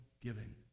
giving